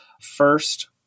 First